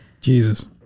Jesus